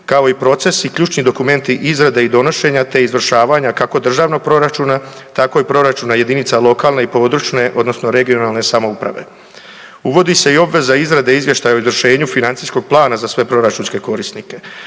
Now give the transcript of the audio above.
kao i procesi i ključni dokumenti izrade i donošenja te izvršavanja, kako državnog proračuna, tako i proračuna jedinica lokalne i područne (regionalne) samouprave. Uvodi se i obveza izrade izvještaja o izvršenju financijskog plana za sve proračunske korisnike.